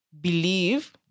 believe